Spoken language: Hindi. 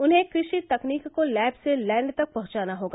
उन्हें कृषि तकनीक को लैब से लैंड तक पहुंचाना होगा